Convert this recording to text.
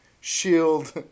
shield